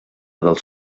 dels